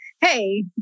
hey